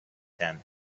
tenth